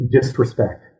disrespect